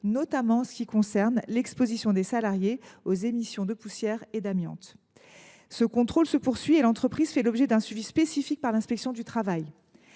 notamment en ce qui concerne leur exposition aux émissions de poussières et à l’amiante. Ce contrôle se poursuit et l’entreprise fait l’objet d’un suivi spécifique de la part de l’inspection du travail.